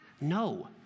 No